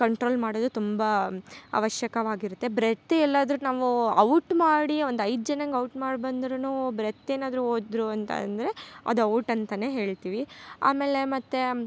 control ಮಾಡೋದು ತುಂಬ ಅವಶ್ಯಕವಾಗಿರುತ್ತೆ ಬ್ರೆತ್ತ್ ಎಲ್ಲಾದರು ನಾವು ಔಟ್ ಮಾಡಿ ಒಂದು ಐದು ಜನರಿಗ್ ಔಟ್ ಮಾಡಿ ಬಂದ್ರು ಬ್ರೆತ್ತ್ ಏನಾದರು ಹೋದ್ರು ಅಂತ ಅಂದರೆ ಅದು ಔಟ್ ಅಂತಾ ಹೇಳ್ತಿವಿ ಆಮೇಲೆ ಮತ್ತು